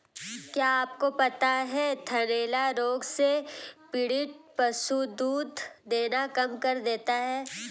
क्या आपको पता है थनैला रोग से पीड़ित पशु दूध देना कम कर देता है?